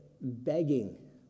begging